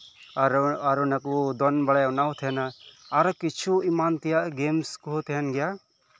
ᱟᱨ ᱱᱟᱠᱩ ᱠᱚ ᱫᱚᱱ ᱵᱟᱲᱟᱭᱟ ᱚᱱᱟ ᱦᱚᱸ ᱛᱟᱦᱮᱱᱟ ᱟᱨᱚ ᱠᱤᱪᱷᱩ ᱮᱢᱟᱱ ᱛᱮᱭᱟᱜ ᱜᱮᱢᱥ ᱠᱚᱦᱚᱸ ᱛᱟᱦᱮᱱ ᱜᱮᱭᱟ